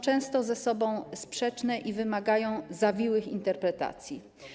Często są ze sobą sprzeczne i wymagają zawiłych interpretacji.